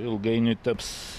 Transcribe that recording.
ilgainiui taps